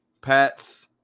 Pats